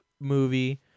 movie